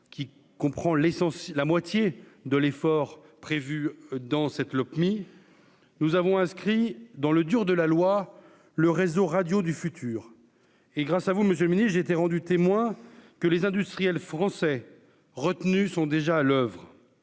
l'essentiel : la moitié de l'effort prévu dans cette Lopmi nous avons inscrit dans le dur de la loi, le réseau radio du futur et grâce à vous Monsieur j'étais rendu témoin que les industriels français retenus sont déjà à l'oeuvre